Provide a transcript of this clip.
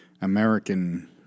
American